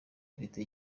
ufite